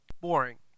Boring